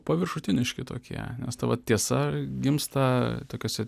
paviršutiniški tokie nes ta vat tiesa gimsta tokiose